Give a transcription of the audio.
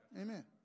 Amen